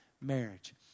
marriage